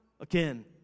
Again